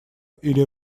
или